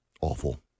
Awful